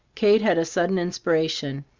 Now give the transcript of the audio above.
kate had a sudden inspiration.